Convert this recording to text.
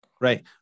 Right